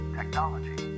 technology